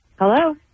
Hello